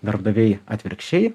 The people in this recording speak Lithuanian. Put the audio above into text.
darbdaviai atvirkščiai